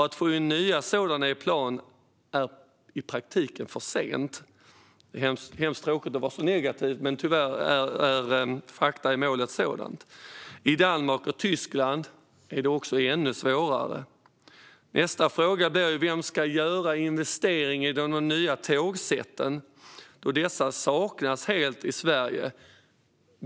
Att få in nya sådana i plan är i praktiken för sent. Det är hemskt tråkigt att vara så negativ, men tyvärr är fakta i målet sådana. I Danmark och Tyskland är det ännu svårare. Nästa fråga blir därför: Vem ska göra investeringen i nya tågsätt, då dessa helt saknas i Sverige?